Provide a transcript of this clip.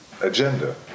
Agenda